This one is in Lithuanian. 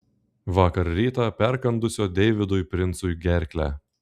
vakar rytą perkandusio deividui princui gerklę